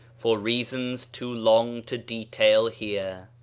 for reasons too long to detail here.